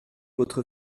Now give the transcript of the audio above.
votre